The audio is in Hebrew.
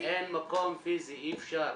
אין מקום פיזי, אי אפשר.